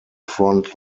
front